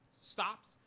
stops